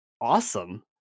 awesome